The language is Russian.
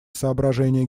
соображения